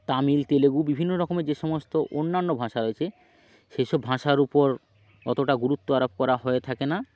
তামিল তেলেগু বিভিন্ন রকমের যে সমস্ত অন্যান্য ভাষা হয়েছে সেসব ভাষার ওপর অতোটা গুরুত্ব আরোপ করা হয়ে থাকে না